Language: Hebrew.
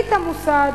מנכ"לית המוסד,